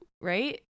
right